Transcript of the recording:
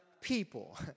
people